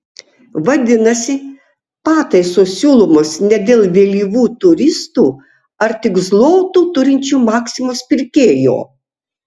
vadinasi pataisos siūlomos ne dėl vėlyvų turistų ar tik zlotų turinčio maksimos pirkėjo